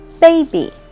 Baby